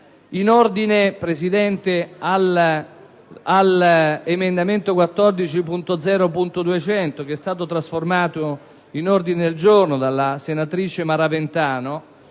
In ordine all'emendamento 14.0.200, che è stato trasformato in ordine del giorno dalla senatrice Maraventano,